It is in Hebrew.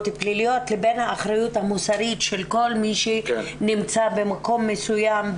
פליליות לבין האחריות המוסרית של כל מי שנמצא במקום מסוים,